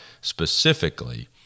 specifically